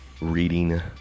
reading